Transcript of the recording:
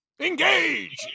Engage